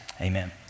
amen